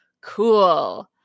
cool